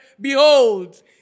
Behold